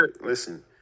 Listen